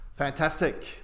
fantastic